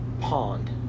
pond